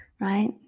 right